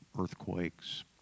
earthquakes